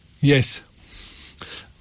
Yes